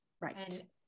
Right